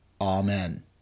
Amen